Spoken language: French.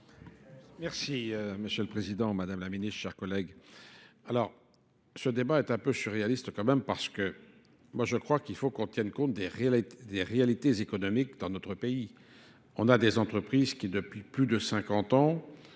Merci M. le Président, Mme la Ministre, chers collègues. Alors, ce débat est un peu surréaliste quand même parce que moi je crois qu'il faut qu'on tienne compte des réalités économiques dans notre pays. On a des entreprises qui, depuis plus de 50 ans,